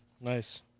Nice